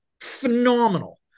phenomenal